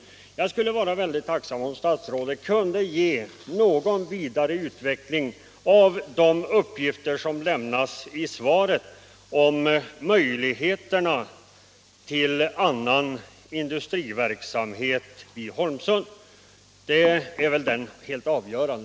Jag skulle vara tacksam om statsrådet kunde något mera utveckla de uppgifter som lämnas i svaret om möjligheterna till annan industriverksamhet i Holmsund.